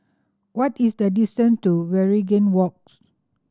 what is the distant to Waringin Walks